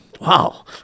wow